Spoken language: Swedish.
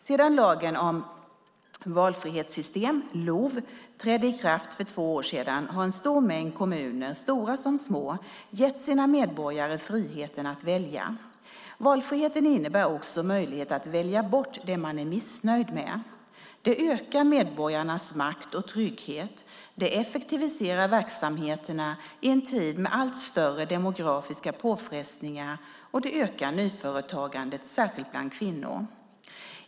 Sedan lagen om valfrihetssystem, LOV, trädde i kraft för två år sedan har en stor mängd kommuner, stora som små, gett sina medborgare friheten att välja. Valfriheten innebär också möjlighet att välja bort det man är missnöjd med. Det ökar medborgarnas makt och trygghet, det effektiviserar verksamheterna i en tid med allt större demografiska påfrestningar och det ökar nyföretagandet - särskilt bland kvinnor.